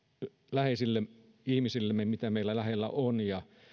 läheisille ihmisillemme mitä meillä lähellä on ja